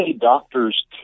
doctors